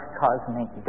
cosmic